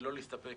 ולא להסתפק